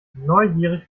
neugierig